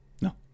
no